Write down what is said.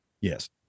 Yes